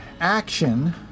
action